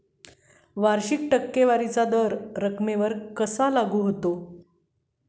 वार्षिक टक्केवारीचा दर रकमेवर कसा लागू होतो?